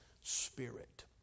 Spirit